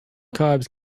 cobs